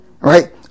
Right